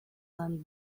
land